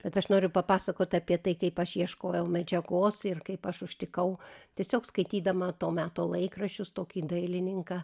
bet aš noriu papasakot apie tai kaip aš ieškojau medžiagos ir kaip aš užtikau tiesiog skaitydama to meto laikraščius tokį dailininką